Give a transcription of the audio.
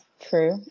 true